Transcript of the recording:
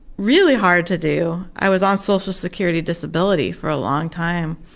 really hard to do. i was on social security disability for a long time,